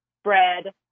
spread